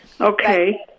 Okay